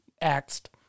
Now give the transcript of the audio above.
axed